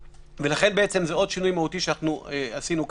לכן זה עוד שינוי מהותי שעשינו כאן.